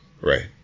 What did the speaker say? Right